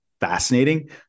fascinating